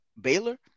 Baylor